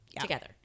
together